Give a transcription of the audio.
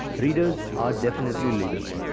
readers are, definitely leaders.